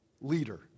leader